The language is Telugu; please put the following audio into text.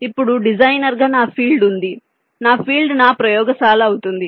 ఇప్పుడు డిజైనర్గా నా ఫీల్డ్ వుంది నా ఫీల్డ్ నా ప్రయోగశాల అవుతుంది